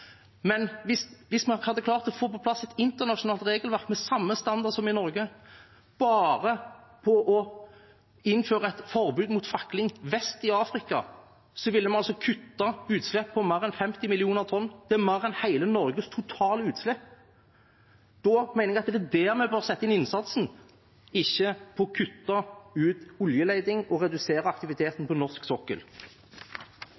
hadde klart å få på plass et internasjonalt regelverk med samme standard som i Norge, ville man bare på å innføre et forbud mot fakling vest i Afrika ha kuttet utslippene med mer enn 50 millioner tonn. Det er mer enn hele Norges totale utslipp. Da mener jeg at det er der vi bør sette inn innsatsen, ikke på å kutte ut oljeleting og redusere aktiviteten